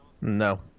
No